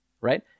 Right